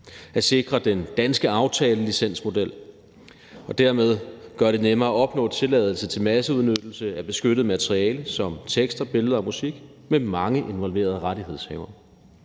at sikre den danske model med aftalelicens og dermed gøre det nemmere at opnå tilladelse til masseudnyttelse af beskyttet materiale som tekster, billeder og musik med mange involverede rettighedshavere.